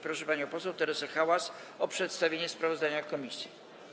Proszę panią poseł Teresę Hałas o przedstawienie sprawozdania komisji.